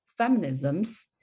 feminisms